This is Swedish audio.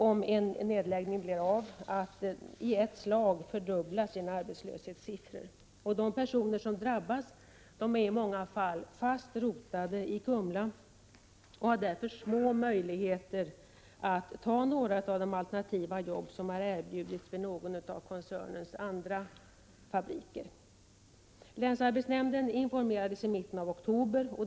Om en nedläggning = ao blir av kommer kommunen att i ett slag fördubbla sina arbetslöshetssiffror. De personer som drabbas är i många fall fast rotade i Kumla och har därför små möjligheter att ta några av de alternativa jobb som har erbjudits vid någon av koncernens andra fabriker. Länsarbetsnämnden informerades i mitten av oktober.